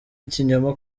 ikinyoma